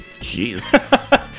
Jeez